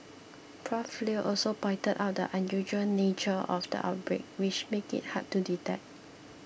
Prof Leo also pointed out the unusual nature of the outbreak which made it hard to detect